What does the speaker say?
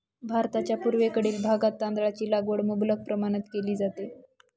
भारताच्या पूर्वेकडील भागात तांदळाची लागवड मुबलक प्रमाणात केली जाते